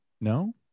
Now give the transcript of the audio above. No